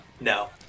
No